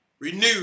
Renewed